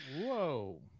whoa